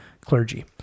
clergy